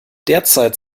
derzeit